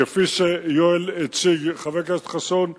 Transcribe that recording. כפי שחבר הכנסת חסון הציג,